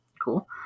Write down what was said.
Cool